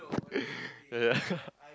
yeah